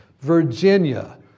Virginia